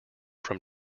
from